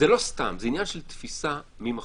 זה לא סתם, זה עניין של תפיסה מי מחליט.